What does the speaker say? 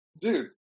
dude